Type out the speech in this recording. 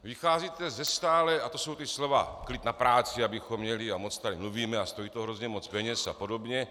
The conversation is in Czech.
Vycházíte ze stále a to jsou ta slova: klid na práci, abychom měli, moc tady mluvíme, stojí to hrozně moc peněz a podobně.